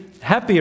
happier